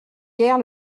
guère